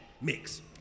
mix